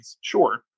sure